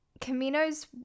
Camino's